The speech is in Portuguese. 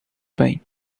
bem